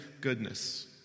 goodness